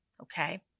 okay